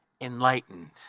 enlightened